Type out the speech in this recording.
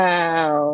Wow